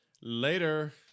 Later